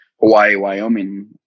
Hawaii-Wyoming